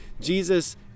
Jesus